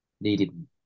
needed